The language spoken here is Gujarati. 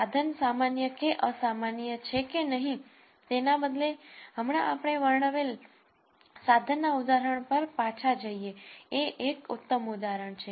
સાધન સામાન્ય કે અસામાન્ય છે કે નહીં તેના બદલે હમણાં આપણે વર્ણવેલ સાધન ના ઉદાહરણ પર પાછા જઈએ એ એક ઉત્તમ ઉદાહરણ છે